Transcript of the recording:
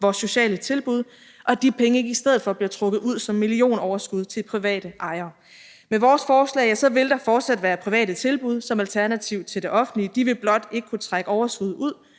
vores sociale tilbud, og at de penge ikke i stedet for bliver trukket ud som millionoverskud til private ejere. Med vores forslag vil der fortsat være private tilbud som alternativ til det offentlige. De vil blot ikke kunne trække overskuddet